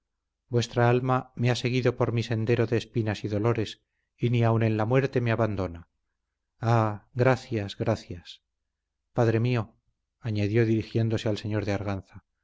vuestra alma me ha seguido por mi sendero de espinas y dolores y ni aun en la muerte me abandona ah gracias gracias padre mío añadió dirigiéndose al señor de arganza